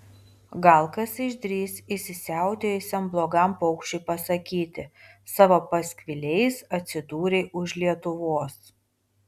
gal kas išdrįs įsisiautėjusiam blogam paukščiui pasakyti savo paskviliais atsidūrei už lietuvos